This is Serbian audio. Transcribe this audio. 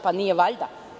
Pa nije valjda?